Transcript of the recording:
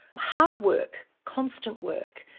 hard work, constant work,